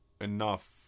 enough